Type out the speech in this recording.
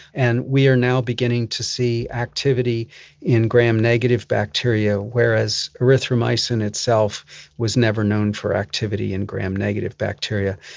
and we're now beginning to see activity in gram-negative bacteria, whereas erythromycin itself was never known for activity in gram-negative bacteria.